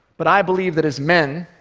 but i believe that as men,